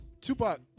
Tupac